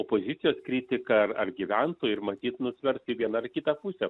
puikios kritiką ar gyventojų ir matyt nusverti vieną ar kitą pusę